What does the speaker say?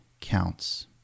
counts